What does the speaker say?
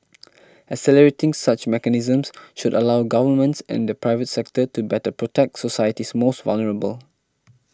accelerating such mechanisms should allow governments and the private sector to better protect society's most vulnerable